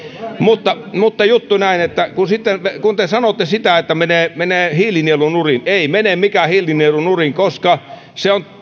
mutta mutta juttu on näin että kun te sanotte että menee menee hiilinielu nurin ei mene mikään hiilinielu nurin koska se on